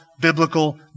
biblical